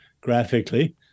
graphically